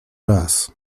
raz